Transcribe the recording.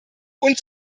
und